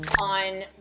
on